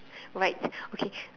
right okay